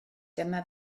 dyma